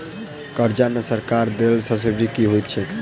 कर्जा मे सरकारक देल सब्सिडी की होइत छैक?